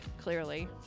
clearly